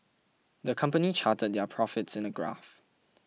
the company charted their profits in a graph